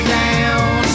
down